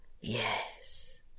Yes